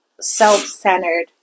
self-centered